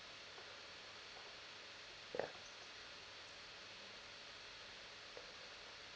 ya